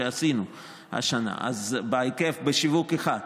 שעשינו השנה בהיקף בשיווק אחד,